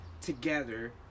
together